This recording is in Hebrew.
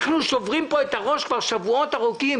אנחנו שוברים פה את הראש כבר שבועות ארוכים,